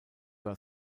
war